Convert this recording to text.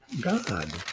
God